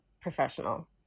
professional